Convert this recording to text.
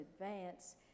advance